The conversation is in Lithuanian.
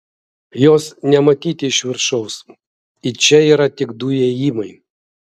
jos nematyti iš viršaus į čia yra tik du įėjimai